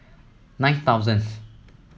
nine thousandth